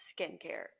skincare